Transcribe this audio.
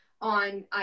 on